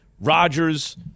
Rodgers